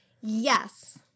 Yes